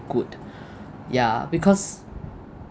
good ya because